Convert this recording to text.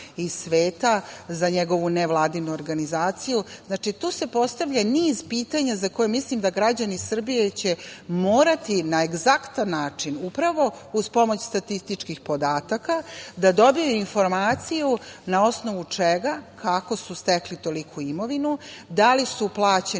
iz sveta, za njegovu nevladinu organizaciju. Znači tu se postavlja niz pitanja za koja mislim da građani Srbije će morati na egzaktan način upravo uz pomoć statističkih podataka da dobiju informaciju na osnovu čega, kako su stekli toliku imovinu, da li su plaćeni